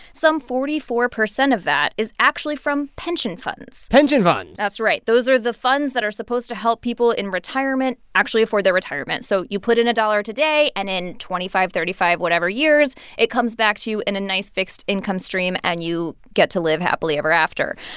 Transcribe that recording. some forty four percent of that is actually from pension funds pension funds that's right. those are the funds that are supposed to help people in retirement actually, for their retirement. so you put in a dollar today, and in twenty five, thirty five, whatever years, it comes back to you in a nice fixed-income stream, and you get to live happily ever after.